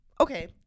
okay